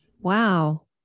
wow